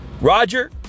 Roger